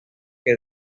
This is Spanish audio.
que